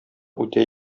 үтә